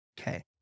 Okay